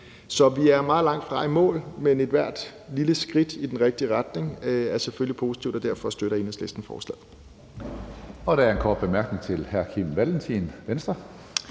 Så vi er meget langt fra at være i mål, men ethvert lille skridt i den rigtige retning er selvfølgelig positivt, og derfor støtter Enhedslisten forslaget. Kl. 15:46 Tredje næstformand (Karsten